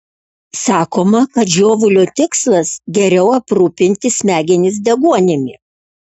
sakoma kad žiovulio tikslas geriau aprūpinti smegenis deguonimi